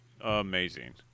amazing